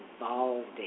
involved